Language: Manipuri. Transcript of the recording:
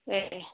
ꯑꯦ ꯑꯦ